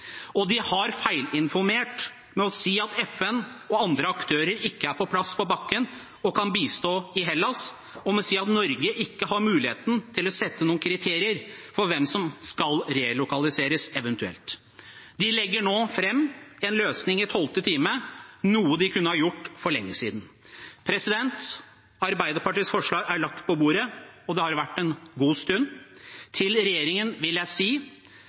Og de har feilinformert ved å si at FN og andre aktører ikke er på plass på bakken og kan bistå i Hellas, og ved å si at Norge ikke har muligheten til å sette noen kriterier for hvem som eventuelt skal relokaliseres. De legger nå fram en løsning i tolvte time, noe de kunne ha gjort for lenge siden. Arbeiderpartiets forslag er lagt på bordet, og der har de vært en god stund. Til regjeringen vil jeg si: